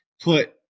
Put